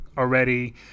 already